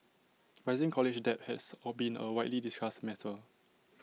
rising college debt has been A widely discussed matter